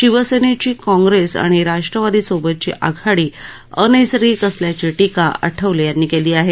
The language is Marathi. शिवसेनेची काँग्रेस आणि राष्ट्रवादीसोबतची आघाडी अनैसर्गीक असल्याची टीका आठवले यांनी केली आहे